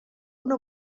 una